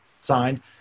signed